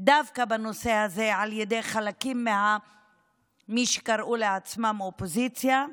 דווקא בנושא הזה על ידי חלקים ממי שקראו לעצמם "אופוזיציה",